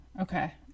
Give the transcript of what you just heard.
Okay